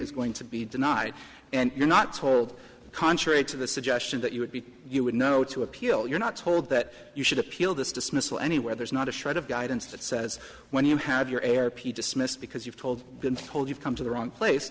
is going to be denied and you're not told contrary to the suggestion that you would be you would know to appeal you're not told that you should appeal this dismissal anywhere there's not a shred of guidance that says when you have your air p dismissed because you've told been told you've come to the wrong place